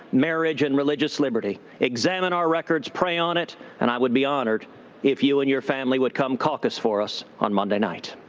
marriage and religious liberty? examine our records, pray on it and i will be honored if you and your family will come caucus for us on monday night.